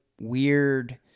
weird